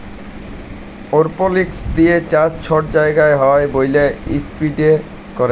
এরওপলিক্স দিঁয়ে চাষ ছট জায়গায় হ্যয় ব্যইলে ইস্পেসে ক্যরে